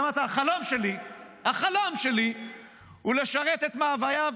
אמרת: החלום שלי הוא לשרת את מאווייו